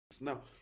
Now